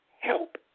help